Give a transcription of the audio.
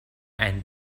and